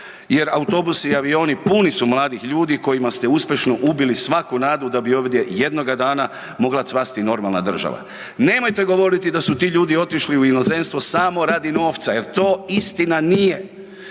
jer autobusi i avioni puni su mladih ljudi kojima ste uspješno ubili svaku nadu da bi ovdje jednoga dana mogla cvasti normalna država. Nemojte govoriti da su ti ljudi otišli u inozemstvo samo radi novca jer to istina nije.